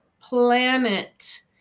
Planet